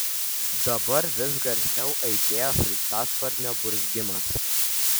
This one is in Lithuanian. dabar vis garsiau aidėjo sraigtasparnio burzgimas